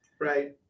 Right